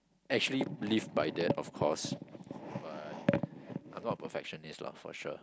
actually believe by that of course but I'm not a perfectionist lah for sure